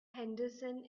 henderson